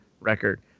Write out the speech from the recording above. record